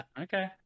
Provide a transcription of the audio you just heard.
okay